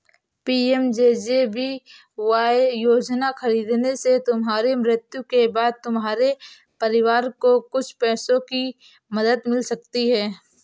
PMJJBY योजना खरीदने से तुम्हारी मृत्यु के बाद तुम्हारे परिवार को कुछ पैसों की मदद मिल सकती है